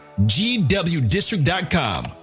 GWdistrict.com